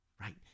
Right